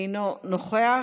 אינו נוכח,